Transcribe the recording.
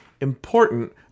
important